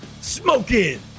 Smokin